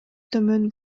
төмөн